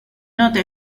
noto